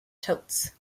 tilts